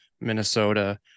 Minnesota